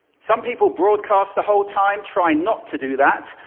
some people broadcast the whole time. try not to do that.